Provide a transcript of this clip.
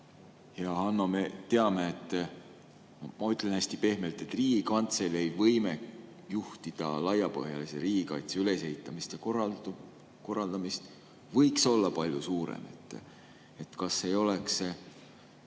Hea Hanno! Me teame – ma ütlen hästi pehmelt –, et Riigikantselei võime juhtida laiapõhjalise riigikaitse ülesehitamist ja korraldamist võiks olla palju suurem. Kas ei oleks